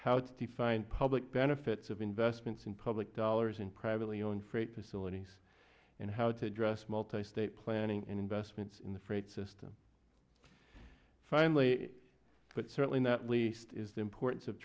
how to find public benefits of investments in public dollars in privately owned freight facilities and how to address multi state planning and investments in the freight system finally but certainly not least is the importance of